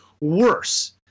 worse